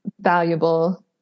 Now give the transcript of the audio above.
valuable